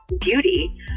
beauty